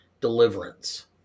Deliverance